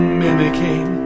mimicking